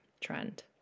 trend